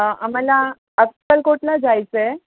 आम्हाला अक्कलकोटला जायचं आहे